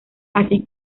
así